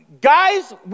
Guys